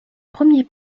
premier